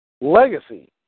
Legacy